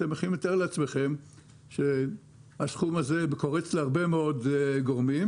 אתם יכולים לתאר לעצמכם שהסכום הזה קורץ להרבה מאוד גורמים,